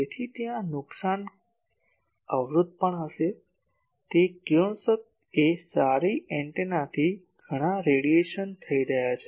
તેથી ત્યાં કેટલાક નુકસાન અવરોધ પણ થશે તે કિરણોત્સર્ગ એ સારી એન્ટેનાથી ઘણાં રેડિયેશન થઈ રહ્યા છે